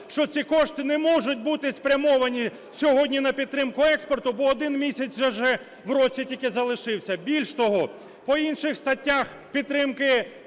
що ці кошти не можуть бути спрямовані сьогодні на підтримку експорту, бо один місяць уже в році тільки залишився. Більше того, по інших статтях підтримки